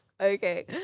Okay